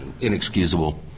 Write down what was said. inexcusable